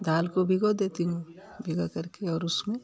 दाल को भिगो देती हूँ भिगाकर के और उसमें